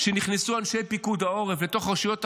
כשנכנסו אנשי פיקוד העורף לתוך רשויות ערביות,